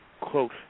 quote